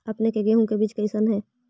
अपने के गेहूं के बीज कैसन है?